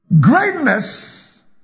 Greatness